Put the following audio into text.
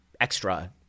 extra